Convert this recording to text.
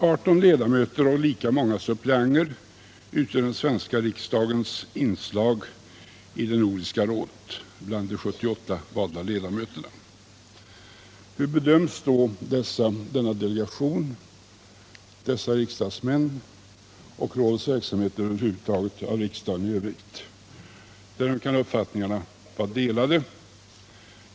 18 ledamöter och lika många suppleanter utgör den svenska riksdagens inslag i Nordiska rådet bland de 78 valda ledamöterna. Hur bedöms då denna delegation av svenska riksdagsmän och rådets verksamhet över huvud taget av riksdagen i övrigt? Därom synes uppfattningarna vara delade.